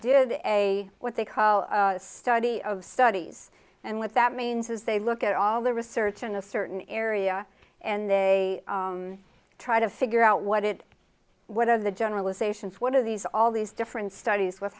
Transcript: did a what they call a study of studies and what that means is they look at all the research in a certain area and they try to figure out what it what are the generalizations what are these all these different studies with